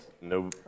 No